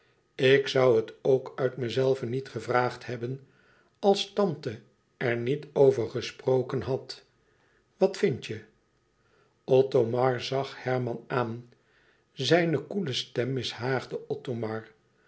ik zoû het ook uit mezelven niet gevraagd hebben als tante er niet over gesproken had wat vindt je othomar zag herman aan zijne koele stem mishaagde othomar